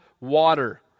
water